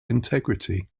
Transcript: integrity